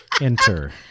enter